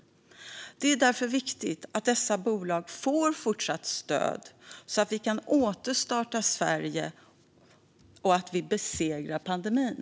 Därför är det viktigt att dessa bolag får fortsatt stöd så att vi kan återstarta Sverige när vi har besegrat pandemin.